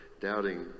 Doubting